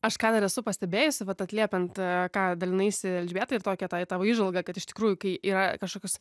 aš ką ir esu pastebėjusi vat atliepiant ką dalinaisi elžbieta ir tokią tą tavo įžvalgą kad iš tikrųjų kai yra kažkokios